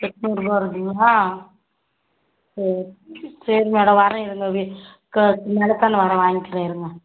எட்நூறுரூபா வருதுங்களா சரி சரி மேடம் வரேன் இருங்கள் வீ க வரேன் வாங்கிக்கிறேன் இருங்கள்